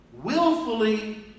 Willfully